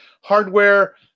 hardware